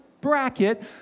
bracket